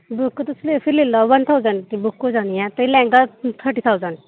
ते बुक तुस लेई जायो वन थाऊसैंड दी बुक होई जानी ऐ ते लैहंगा थर्टी वन